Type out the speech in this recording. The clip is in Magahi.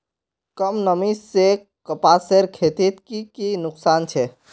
कम नमी से कपासेर खेतीत की की नुकसान छे?